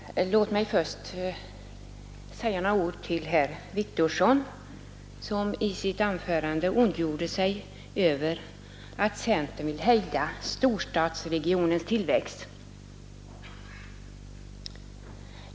Herr talman! Låt mig först säga några ord till herr Wictorsson, som i sitt anförande ondgjorde sig över att centern vill hejda storstadsregionens tillväxt.